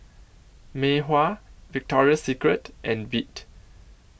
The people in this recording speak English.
Mei Hua Victoria Secret and Veet